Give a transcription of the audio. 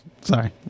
Sorry